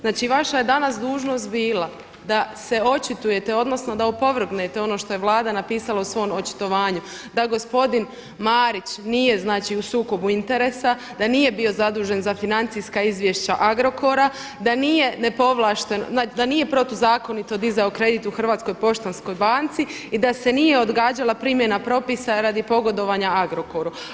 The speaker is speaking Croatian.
Znači vaša je danas dužnost bila da se očitujete, odnosno da opovrgnute ono što je Vlada napisala u svom očitovanju da gospodin Marić nije znači u sukobu interesa, da nije bio zadužen za financijska izvješća Agrokora, da nije nepovlašteno, znači da nije protuzakonito dizao kredit u HPB-u i da se nije odgađala primjena propisa radi pogodovanju Agrokoru.